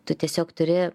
tu tiesiog turi